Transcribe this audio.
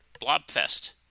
Blobfest